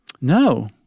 No